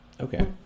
Okay